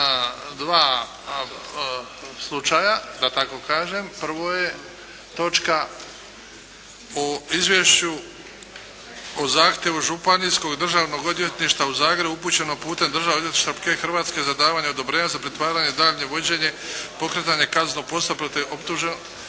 dva slučaja da tako kažem. Prvo je točka u izvješću u zahtjevu Županijskog državnog odvjetništva u Zagrebu upućenog putem Državnog odvjetništva Republike Hrvatske za davanje odobrenja za pritvaranje i daljnje vođenje i pokretanje kaznenog postupka protiv optuženog